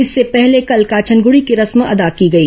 इससे पहले कल काछनगुड़ी की रस्म अदा की गई